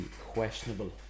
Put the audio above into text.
questionable